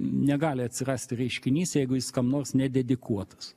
negali atsirasti reiškinys jeigu jis kam nors nededikuotas